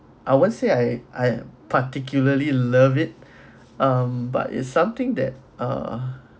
I won't say I I particularly love it um but it's something that uh